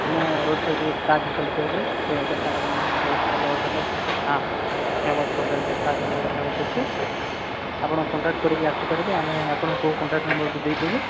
ଆଉ ମୁଁ road side Taj hotel କହିଲି ସେଇ ହୋଟେଲ୍ଟା ମୋର ବହୁତ ଭଲ ହୋଟେଲ୍ଟା ଫେମସ୍ ହୋଟେଲ୍ଟା ତାଜ୍ ହୋଟେଲ୍ ଫେମସ୍ ଅଛି ଆପଣ କଣ୍ଟାକ୍ଟ କରିକି ଆସି ପାରିବେ ଆମେ ଆପଣଙ୍କୁ କଣ୍ଟାକଟ୍ ନମ୍ବର୍ ଦେଇଦେବୁ